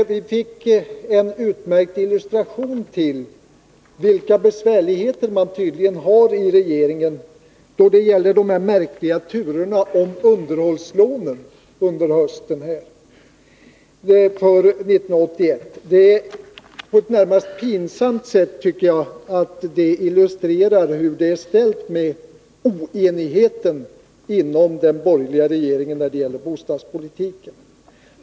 Vi fick genom de märkliga turerna beträffande underhållslånen för 1981 en utmärkt illustration av besvärligheterna inom regeringen. Turerna illustrerar på ett närmast pinsamt sätt hur det är ställt med oenigheten inom den borgerliga regeringen då det gäller bostadspolitiken.